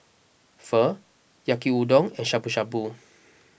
Pho Yaki Udon and Shabu Shabu